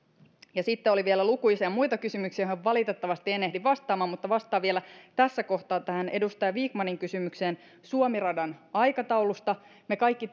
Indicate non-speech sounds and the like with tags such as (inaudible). sitten oli vielä lukuisia muita kysymyksiä joihin valitettavasti en ehdi vastaamaan mutta vastaan vielä tässä kohtaa edustaja vikmanin kysymykseen suomi radan aikataulusta me kaikki (unintelligible)